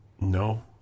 No